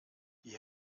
die